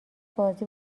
بازی